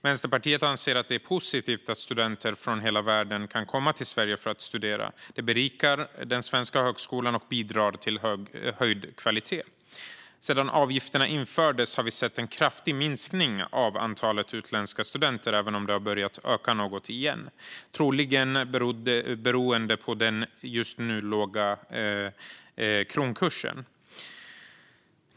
Vänsterpartiet anser att det är positivt att studenter från hela världen kan komma till Sverige för att studera. Det berikar den svenska högskolan och bidrar till höjd kvalitet. Sedan avgifterna infördes har vi sett en kraftig minskning av antalet utländska studenter, även om det har börjat öka något igen, troligen beroende på den just nu låga kronkursen.